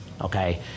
Okay